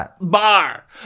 bar